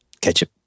Ketchup